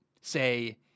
say